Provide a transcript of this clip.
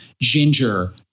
ginger